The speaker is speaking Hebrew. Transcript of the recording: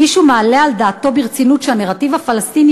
מישהו מעלה על דעתו ברצינות שהנרטיב הפלסטיני